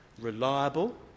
reliable